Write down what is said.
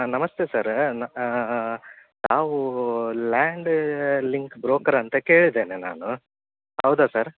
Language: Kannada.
ನಮಸ್ತೆ ಸರ್ ನಾವೂ ಲ್ಯಾಂಡ್ ಲಿಂಕ್ ಬ್ರೋಕರ್ ಅಂತ ಕೇಳಿದ್ದೇನೆ ನಾನು ಹೌದ ಸರ್